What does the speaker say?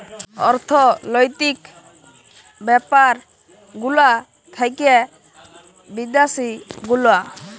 অর্থলৈতিক ব্যাপার গুলা থাক্যে বিদ্যাসি গুলা